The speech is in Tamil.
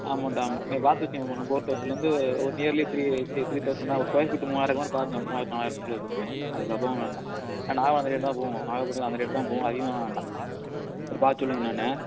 அமௌண்ட் ஆமாம் போட் ஹவுஸ்லேருந்து ஒரு நியர்லி த்ரீ த்ரீ த்ரீ தௌசண்ட்னா ஒரு ஸ்கொயர் ஃபீட்டு மூவாயிரம் இருக்குறமாதிரி பாருங்கள் மூவாயிரம் நாலாயிரத்துக்குள்ளே இருக்குறமாதிரி அதுக்கு அபோவ் வேண்டாம் ஆ நாகபட்னத்தில் அந்த ரேட்டு தான் போவும் நாகபட்டினத்துல அந்த ரேட்டு தான் போவும் அதிகமாக வேண்டாம் சரி பார்த்து சொல்லுங்கள் என்னான்னு